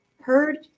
heard